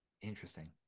Interesting